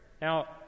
Now